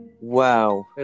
Wow